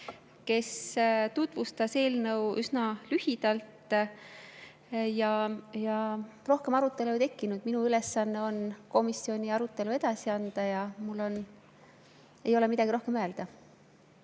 kes tutvustas eelnõu üsna lühidalt. Ja rohkem arutelu ei tekkinud. Minu ülesanne on komisjoni arutelu edasi anda ja mul ei ole midagi rohkem öelda.